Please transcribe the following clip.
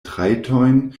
trajtojn